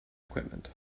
equipment